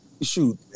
shoot